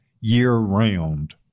year-round